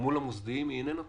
מול המוסדיים איננה טובה.